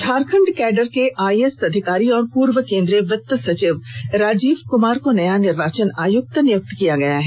Jharkhand cadre के IAS अधिकारी और पूर्व केंद्रीय वित्तं सचिव राजीव कुमार को नया निर्वाचन आयुक्त नियुक्त किया गया है